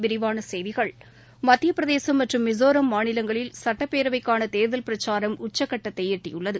விரிவான செய்திகள் மத்திய பிரதேசம் மற்றும் மிசோராம் மாநிலங்களில் சட்டப்பேரவைக்காள தேர்தல் பிரக்சாரம் உச்சக்கட்டத்தை எட்டியுள்ளது